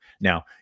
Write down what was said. Now